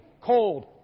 cold